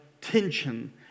tension